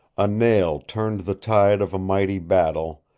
a nail turned the tide of a mighty battle,